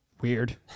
weird